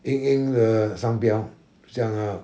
ying ying 的商标这样 ah